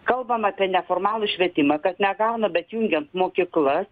kalbam apie neformalų švietimą kad negauna bet jungiant mokyklas